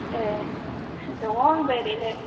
ए दङ आंबो एरैनो